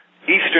Eastern